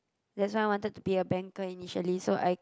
that's why I wanted to be a banker initially so I